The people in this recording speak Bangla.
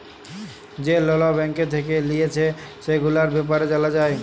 যে লল ব্যাঙ্ক থেক্যে লিয়েছে, সেগুলার ব্যাপারে জালা যায়